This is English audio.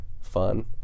fun